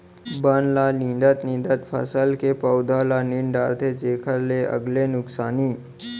बन ल निंदत निंदत फसल के पउधा ल नींद डारथे जेखर ले अलगे नुकसानी